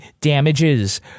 Damages